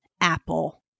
apple